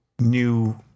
new